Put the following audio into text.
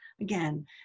again